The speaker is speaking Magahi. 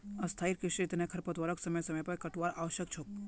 स्थाई कृषिर तना खरपतवारक समय समय पर काटवार आवश्यक छोक